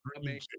amazing